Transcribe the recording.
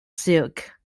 silk